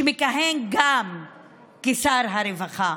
שמכהן גם כשר הרווחה.